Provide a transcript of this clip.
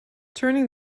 turning